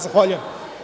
Zahvaljujem.